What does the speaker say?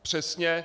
Přesně.